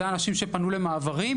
אלה אנשים שפנו למעברים,